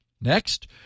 Next